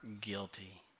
guilty